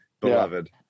beloved